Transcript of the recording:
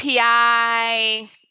API